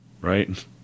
Right